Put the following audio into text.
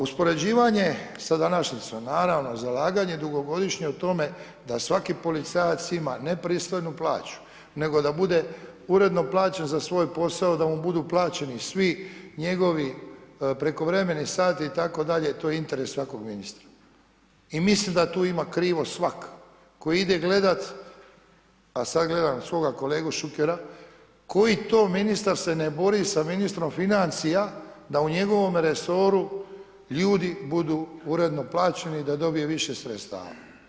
Uspoređivanje sa današnjicom, naravno zalaganje dugogodišnje u tome da svaki policajac ima ne pristojnu plaću, nego da bude uredno plaćen za svoj posao, da mu budu plaćeni svi njegovi prekovremeni sati itd., to je interes svakog ministra i mislim da tu ima krivo svak' tko ide gledati a sad gledam u svom kolegu Šukera koji to ministar se ne bori sa ministrom financija da u njegovom resoru ljudi budu uredno plaćeni, da dobije više sredstava.